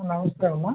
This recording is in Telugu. నమస్కారం అమ్మా